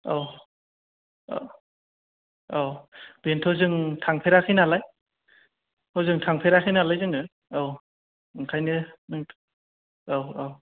औ औ बेनोथ' जों थांफेराखै नालाय हजों थांफेराखै नालाय जोङो औ ओंखायनो नों औ औ